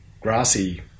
grassy